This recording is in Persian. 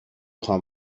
خوام